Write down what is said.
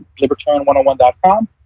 libertarian101.com